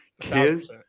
Kids